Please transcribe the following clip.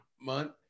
month